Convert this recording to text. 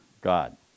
god